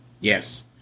Yes